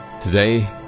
today